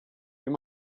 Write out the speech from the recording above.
you